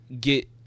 get